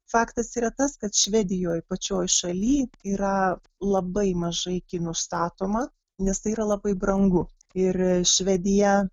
faktas yra tas kad švedijoj pačioj šaly yra labai mažai kinų statoma nes tai yra labai brangu ir švedija